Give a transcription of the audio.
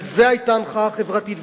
על זה היתה המחאה החברתית.